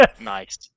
nice